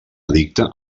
edicte